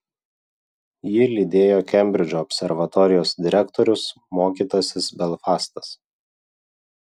jį lydėjo kembridžo observatorijos direktorius mokytasis belfastas